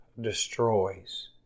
destroys